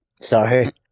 Sorry